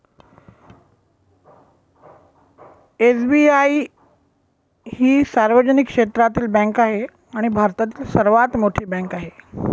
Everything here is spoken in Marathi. एस.बी.आई ही सार्वजनिक क्षेत्रातील बँक आहे आणि भारतातील सर्वात मोठी बँक आहे